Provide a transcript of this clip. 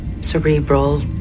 cerebral